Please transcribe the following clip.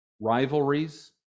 rivalries